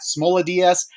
SmolaDS